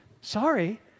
Sorry